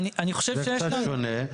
זה קצת שונה.